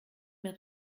mehr